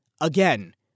again